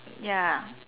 ya